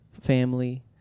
family